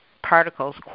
particles